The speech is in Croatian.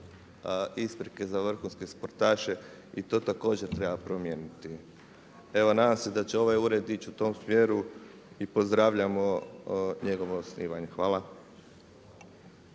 isprike za vrhunske sportaše i to također treba promijeniti. Evo nadam se da će ovaj ured ići u tom smjeru i pozdravljamo njegovo osnivanje. Hvala.